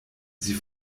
sie